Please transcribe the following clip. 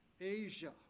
Asia